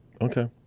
Okay